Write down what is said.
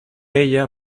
ella